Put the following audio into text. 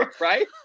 right